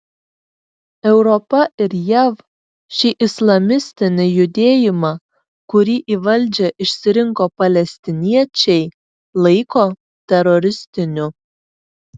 europa ir jav šį islamistinį judėjimą kurį į valdžią išsirinko palestiniečiai laiko teroristiniu